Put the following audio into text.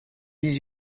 dix